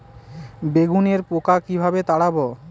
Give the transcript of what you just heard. বেগুনের পোকা কিভাবে তাড়াব?